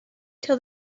till